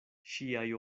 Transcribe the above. ŝiaj